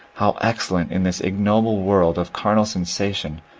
how excellent, in this ignoble world of carnal sensation,